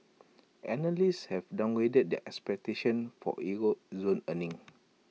analysts have downgraded their expectations for euro zone earnings